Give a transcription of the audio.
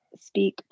speak